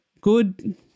good